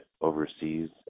overseas